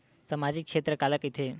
सामजिक क्षेत्र काला कइथे?